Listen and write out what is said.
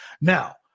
Now